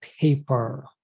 paper